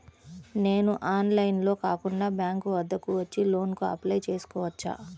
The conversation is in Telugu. నేను ఆన్లైన్లో కాకుండా బ్యాంక్ వద్దకు వచ్చి లోన్ కు అప్లై చేసుకోవచ్చా?